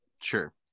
Sure